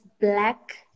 Black